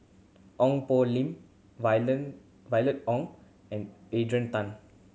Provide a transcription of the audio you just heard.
Ong Poh Lim Violet Oon and Adrian Tan